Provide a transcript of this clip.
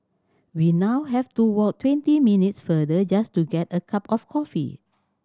we now have to walk twenty minutes farther just to get a cup of coffee